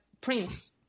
prince